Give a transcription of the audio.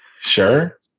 Sure